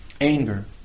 anger